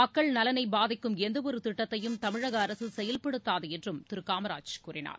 மக்கள் நலனை பாதிக்கும் எந்தவொரு திட்டத்தையும் தமிழக அரசு செயல்படுத்தாது என்றும் திரு காமராஜ் கூறினார்